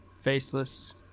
faceless